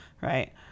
right